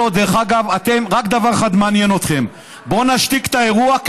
רק דבר אחד מעניין אתכם: בואו נשתיק את האירוע,